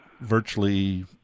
virtually